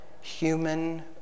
Human